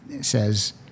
says